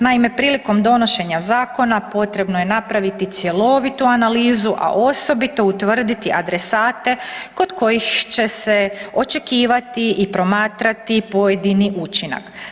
Naime, prilikom donošenja zakona potrebno je napraviti cjelovitu analizu, a osobito utvrditi adresate kod kojih će se očekivati i promatrati pojedini učinak.